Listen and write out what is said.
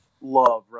love